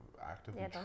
Actively